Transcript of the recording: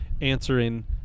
answering